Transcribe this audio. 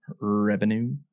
Revenue